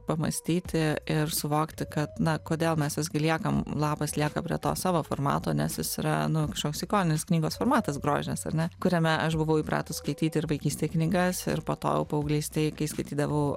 pamąstyti ir suvokti kad na kodėl mes visgi liekam lapas lieka prie to savo formato nes jis yra nu kažkoks ikoninis knygos formatas grožinis ar ne kuriame aš buvau įpratus skaityti ir vaikystėj knygas ir po to jau paauglystėj kai skaitydavau